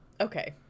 Okay